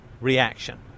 reaction